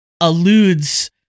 alludes